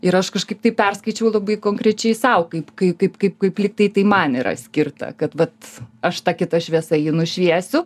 ir aš kažkaip tai perskaičiau labai konkrečiai sau kaip kai kaip kaip konfliktai tai man yra skirta kad aš ta kita šviesa jį nušviesiu